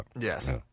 Yes